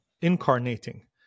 incarnating